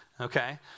okay